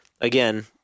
again